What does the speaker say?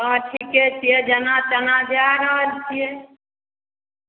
हँ ठीके छिए जेना तेना जा रहल छिए